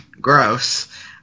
gross